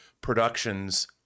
productions